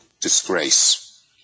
disgrace